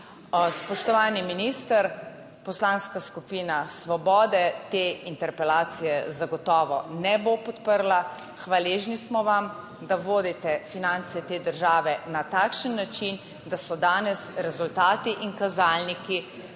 Spoštovani minister, Poslanska skupina Svobode te interpelacije zagotovo ne bo podprla. Hvaležni smo vam, da vodite finance te države na takšen način, da so danes rezultati in kazalniki